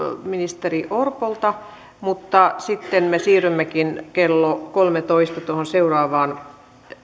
ministeri orpolta mutta sitten me siirrymmekin kello kolmentoista tuohon seuraavaan